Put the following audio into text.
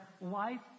life